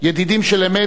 ידידים של אמת,